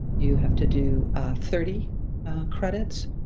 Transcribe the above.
you have to do thirty credits,